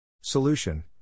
Solution